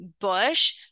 Bush